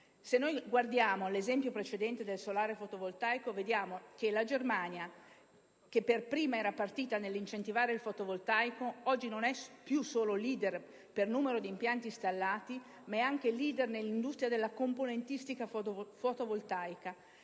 Se guardiamo all'esempio precedente del solare fotovoltaico vediamo che la Germania, che per prima era partita nell'incentivare il fotovoltaico, oggi non è più solo leaderper numero di impianti installati, ma è anche leader nell'industria della componentistica fotovoltaica